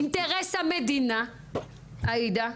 אינטרס המדינה, עאידה,